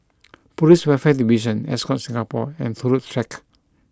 Police Welfare Division Ascott Singapore and Turut Track